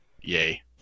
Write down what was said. yay